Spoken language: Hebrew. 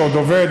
שעוד עובד,